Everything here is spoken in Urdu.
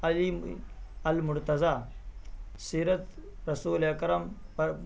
علی المرتضیٰ سیرت رسول اکرم پر